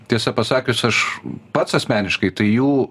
tiesą pasakius aš pats asmeniškai tai jų